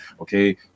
Okay